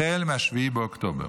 החל מ-7 באוקטובר.